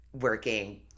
working